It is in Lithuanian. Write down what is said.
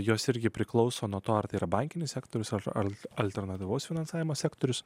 jos irgi priklauso nuo to ar tai yra bankinis sektorius ar alternatyvaus finansavimo sektorius